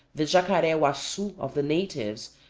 the jacare-uassu of the natives,